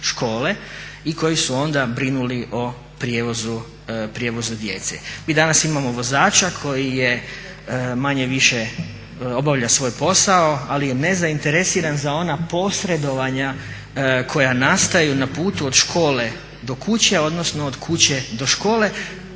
i koji su onda brinuli o prijevozu djece. Mi danas imamo vozača koji je manje-više obavlja svoj posao ali je nezainteresiran za ona posredovanja koja nastaju na putu od škole do kuće, odnosno od kuće do škole